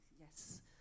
yes